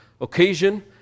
occasion